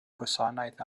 gwasanaeth